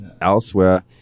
elsewhere